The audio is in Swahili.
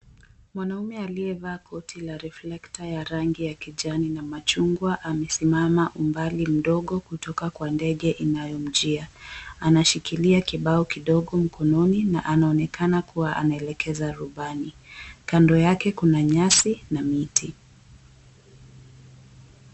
Mwanaume aliyevaa koti la riflekta ya rangi ya kijani na machungua, amesimama umbali mdogo kutoka kwa ndege inayomjia. Anashikilia kibao kidogo mkononi na anaonekana kua anaelekeza rubani. Kando yake kuna nyasi na miti.